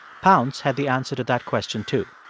pounce had the answer to that question, too.